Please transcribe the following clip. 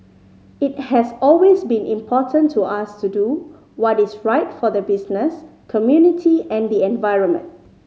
it has always been important to us to do what is right for the business community and the environment